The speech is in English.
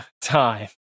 time